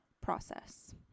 process